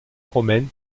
romaine